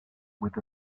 with